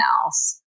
else